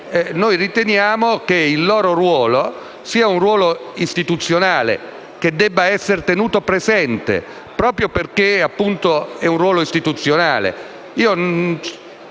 riteniamo che il loro ruolo sia istituzionale e debba essere tenuto presente proprio perché è istituzionale.